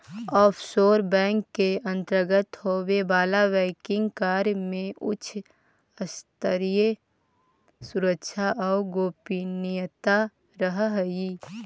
offshore bank के अंतर्गत होवे वाला बैंकिंग कार्य में उच्च स्तरीय सुरक्षा आउ गोपनीयता रहऽ हइ